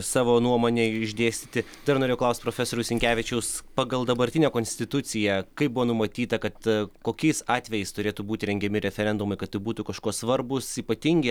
savo nuomonę išdėstyti dar norėjau klaust profesoriaus sinkevičiaus pagal dabartinę konstituciją kaip buvo numatyta kad kokiais atvejais turėtų būti rengiami referendumai kad tai būtų kažkuo svarbūs ypatingi